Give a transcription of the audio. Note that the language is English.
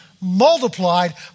multiplied